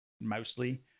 mostly